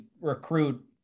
recruit